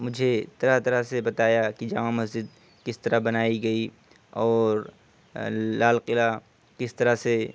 مجھے طرح طرح سے بتایا کہ جامع مسجد کس طرح بنائی گئی اور لال قلعہ کس طرح سے